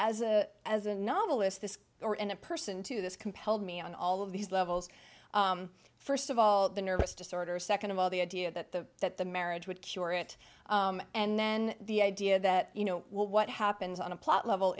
as a as a novelist this or in a person to this compelled me on all of these levels first of all the nervous disorder second of all the idea that the that the marriage would cure it and then the idea that you know what happens on a plot level